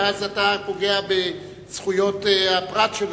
ואז אתה פוגע בזכויות הפרט שלו,